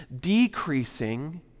decreasing